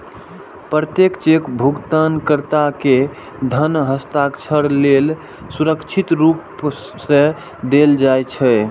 प्रत्येक चेक भुगतानकर्ता कें धन हस्तांतरण लेल सुरक्षित रूप सं देल जाइ छै